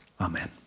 Amen